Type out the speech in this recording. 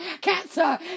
Cancer